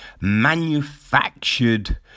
manufactured